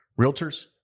Realtors